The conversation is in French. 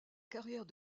carrière